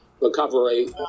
recovery